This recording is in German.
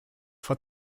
vor